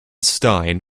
stein